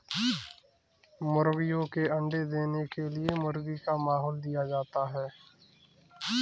मुर्गियों के अंडे देने के लिए गर्मी का माहौल दिया जाता है